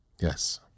Yes